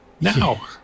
Now